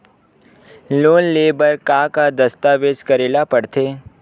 Loan ले बर का का दस्तावेज करेला पड़थे?